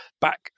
back